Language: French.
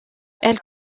elle